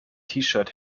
shirt